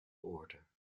order